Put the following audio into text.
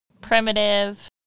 primitive